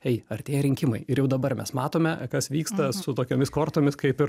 ei artėja rinkimai ir jau dabar mes matome kas vyksta su tokiomis kortomis kaip ir